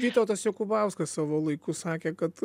vytautas jokubauskas savo laiku sakė kad